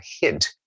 hint